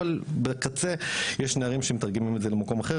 אבל בקצה יש נערים שמתרגמים את זה למקום אחר,